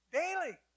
daily